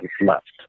left